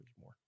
more